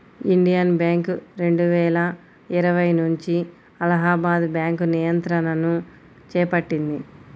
Indian Bank రెండువేల ఇరవై నుంచి అలహాబాద్ బ్యాంకు నియంత్రణను చేపట్టింది